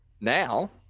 now